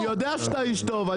אני יודע שאתה איש טוב,